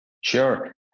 Sure